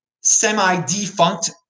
semi-defunct